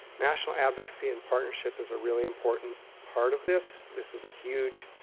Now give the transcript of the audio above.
national advocacy and partnership is a really important part of this. this is a huge,